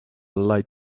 light